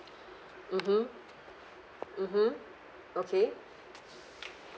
mmhmm mmhmm okay